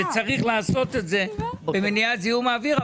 וצריך לעשות את זה למניעת זיהום האוויר.